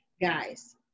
guys